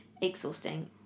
exhausting